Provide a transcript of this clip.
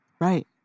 Right